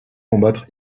combattre